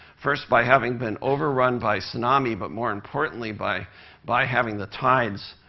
first by having been overrun by tsunami, but more importantly, by by having the tides